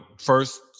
first